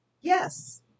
Yes